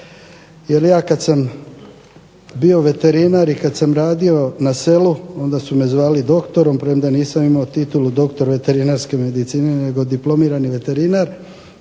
jer ja kad sam bio veterinar i kad sam radio na selu onda su me zvali doktorom premda nisam imao titulu doktor veterinarske medicine nego diplomirani veterinar